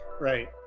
right